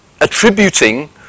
attributing